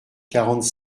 quarante